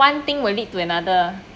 one thing will lead to another